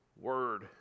Word